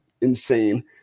insane